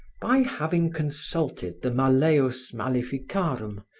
by having consulted the malleus maleficorum,